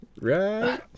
right